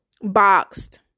boxed